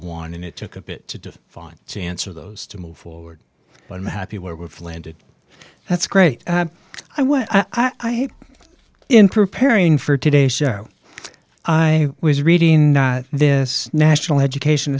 one and it took a bit to find to answer those to move forward but i'm happy where we've landed that's great i what i had in preparing for today show i was reading this national education